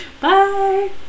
Bye